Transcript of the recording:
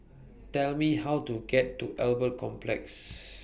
Tell Me How to get to Albert Complex